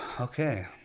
Okay